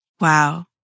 Wow